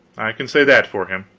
i can say that for him.